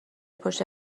پشت